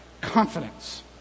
confidence